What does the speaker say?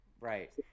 Right